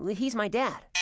yeah he's my dad.